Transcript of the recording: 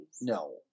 No